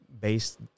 based